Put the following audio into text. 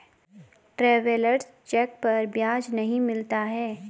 travellers cheque पर ब्याज नहीं मिलता है